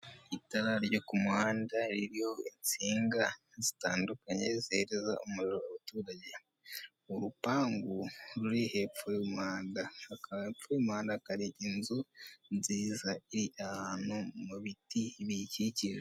Itara ryo ku muhanda ririho insinga zitandukanye zehereza umuriro abaturage. Urupangu ruri hepfo y'umuhanda. Hepfo y'umuhanda hakaba hari inzu nziza iri ahantu mu biti biyikikije.